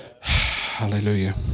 Hallelujah